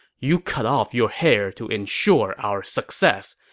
you cut off your hair to ensure our success.